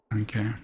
Okay